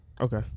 Okay